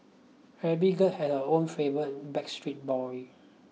every girl had her own favourite Backstreet Boy